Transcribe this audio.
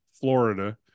Florida